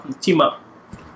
team-up